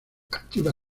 activa